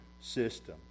system